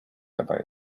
dabei